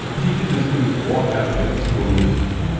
teachers and students walked out of every school in the district